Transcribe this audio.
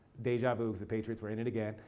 deja vu, the patriots were in it again,